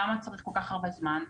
למה צריך כל כך הרבה זמן?